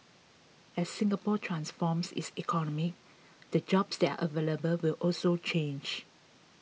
as Singapore transforms its economy the jobs that are available will also change